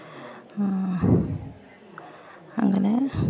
അങ്ങനെ